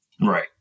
right